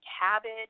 cabbage